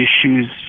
issues